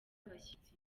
abashyitsi